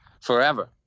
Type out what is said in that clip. forever